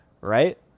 Right